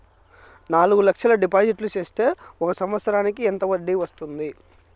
నాలుగు లక్షల డిపాజిట్లు సేస్తే ఒక సంవత్సరానికి ఎంత వడ్డీ వస్తుంది?